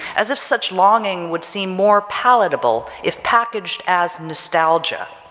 as if such longing would seem more palatable if packaged as nostalgia,